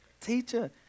Teacher